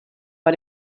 war